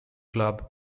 club